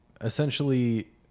essentially